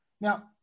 Now